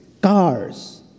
cars